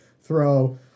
throw